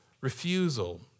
refusal